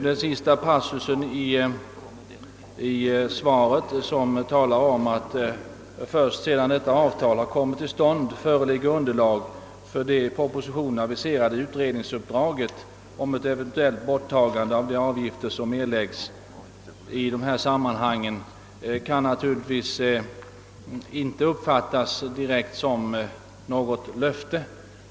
Den sista passusen i svaret, som talar om att först sedan avtalet kommit till stånd föreligger underlag för det i propositionen aviserade utredningsuppdraget om ett eventuellt borttagande av de avgifter som erläggs i dessa sammanhang, kan naturligtvis inte uppfattas direkt som ett löfte.